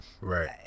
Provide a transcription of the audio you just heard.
Right